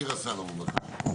מי רצה לומר משהו?